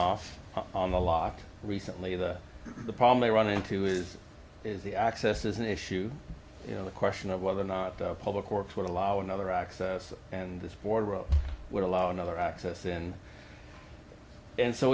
off on the lock recently the problem they run into is is the access is an issue you know the question of whether or not public works would allow another access and this board would allow another access and and so